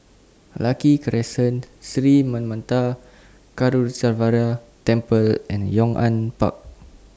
Lucky Crescent Sri Manmatha Karuneshvarar Temple and Yong An Park